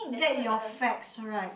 get your facts right